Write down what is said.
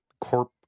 corp